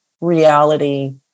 reality